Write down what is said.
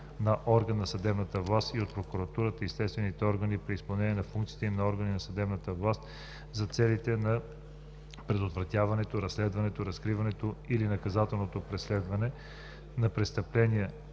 на орган на съдебната власт и от прокуратурата и следствените органи при изпълнение на функциите им на органи на съдебната власт за целите на предотвратяването, разследването, разкриването или наказателното преследване на престъпления